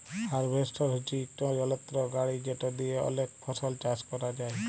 harvester হছে ইকট যলত্র গাড়ি যেট দিঁয়ে অলেক ফসল চাষ ক্যরা যায়